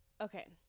Okay